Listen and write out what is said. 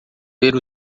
ver